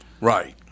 Right